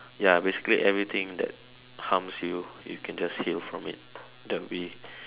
ya basically everything that harms you you can just heal from it that'll be